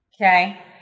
Okay